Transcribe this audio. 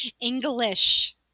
English